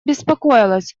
беспокоилась